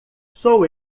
sou